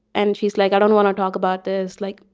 and she's like, i don't want to talk about this, like,